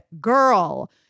Girl